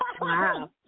Wow